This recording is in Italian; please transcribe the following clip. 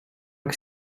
che